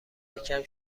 یکم